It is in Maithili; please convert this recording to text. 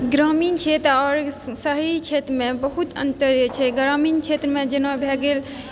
ग्रामीण क्षेत्र आओर शहरी क्षेत्रमे बहुत अन्तर छै ग्रामीण क्षेत्रमे जेना भए गेल